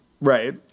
Right